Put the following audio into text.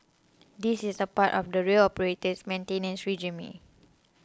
this is a part of the rail operator's maintenance regime